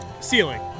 Ceiling